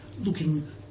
looking